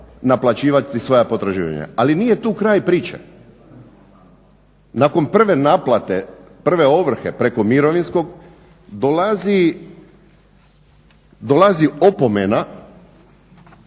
naplaćivati svoja potraživanja. Ali nije tu kraj priče. Nakon prve naplate prve ovrhe preko mirovinskog dolazi opomena